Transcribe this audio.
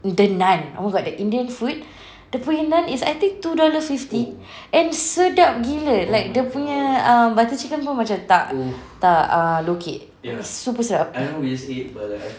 the naan oh my god the indian food dia punya naan is I think two dollar fifty and sedap gila and like the dia punya ah butter chicken macam tak tak ah lokek super sedap